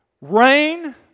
rain